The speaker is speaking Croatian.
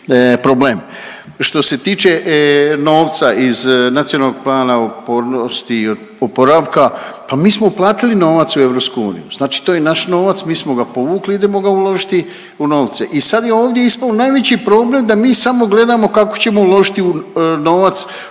Što se tiče novca iz Nacionalnog plana otpornosti i oporavka, pa mi smo uplatili novac u EU. Znači to je naš novac, mi smo ga povukli i idemo ga uložiti u novce. I sad je ovdje ispao najveći problem da mi samo gledamo kako ćemo uložiti novac u,